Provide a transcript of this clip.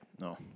No